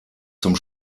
zum